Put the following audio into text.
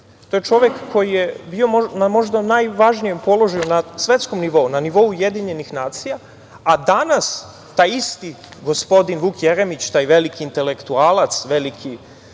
To je čovek koji je bio na možda najvažnijem položaju na svetskom nivou, na nivou UN, a danas taj isti gospodin Vuk Jeremić, taj veliki intelektualac, pripadnik